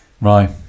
Right